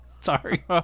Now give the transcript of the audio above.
Sorry